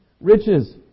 Riches